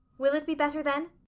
will it be better then?